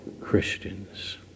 Christians